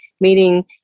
meaning